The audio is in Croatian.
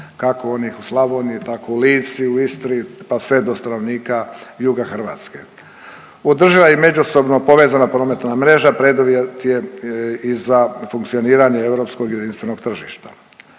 kako onih u Slavoniji, tako u Lici, u Istri pa sve do stanovnika juga Hrvatske. Održiva i međusobno povezana prometna mreža preduvjet je i za funkcioniranje europskog jedinstvenog tržišta.